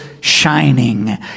shining